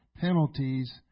penalties